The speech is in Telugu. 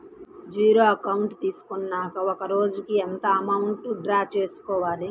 జీరో అకౌంట్ తీసుకున్నాక ఒక రోజుకి ఎంత అమౌంట్ డ్రా చేసుకోవాలి?